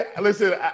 listen